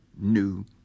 new